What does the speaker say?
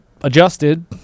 adjusted